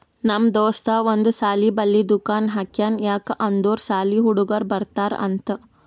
ನಮ್ ದೋಸ್ತ ಒಂದ್ ಸಾಲಿ ಬಲ್ಲಿ ದುಕಾನ್ ಹಾಕ್ಯಾನ್ ಯಾಕ್ ಅಂದುರ್ ಸಾಲಿ ಹುಡುಗರು ಬರ್ತಾರ್ ಅಂತ್